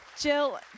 Jill